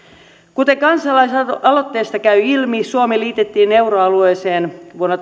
kuten kansalaisaloitteesta käy ilmi suomi liitettiin euroalueeseen vuonna